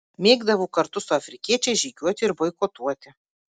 mėgdavo kartu su afrikiečiais žygiuoti ir boikotuoti